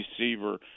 receiver